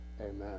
Amen